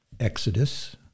Exodus